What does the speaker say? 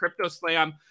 CryptoSlam